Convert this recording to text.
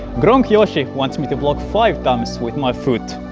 gronkh yoshi wants me to block five times with my foot.